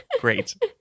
Great